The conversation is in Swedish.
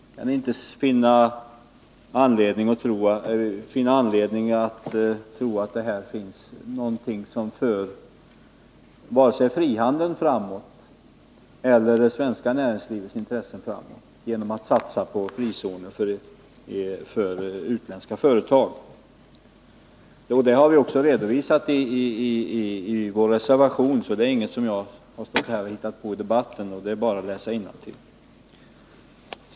Jag kan inte finna någon anledning att tro att det i den finns någonting som för vare sig frihandeln eller det svenska näringslivets intressen framåt genom att man satsar på frizoner för utländska företag. Detta har vi också redovisat i vår reservation — det är bara att läsa innantill — så det är ingenting som jag har stått här och hittat på.